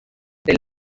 del